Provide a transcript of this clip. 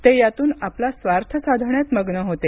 ते यातून आपला स्वार्थ साधण्यात मग्न होते